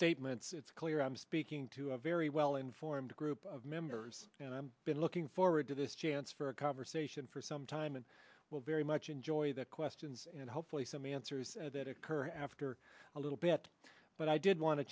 statements it's clear i'm speaking to a very well informed group of members and i'm been looking forward to this chance for a conversation for some time and will very much enjoy the questions and hopefully some answers that occur after a little bit but i did want